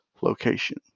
location